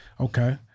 Okay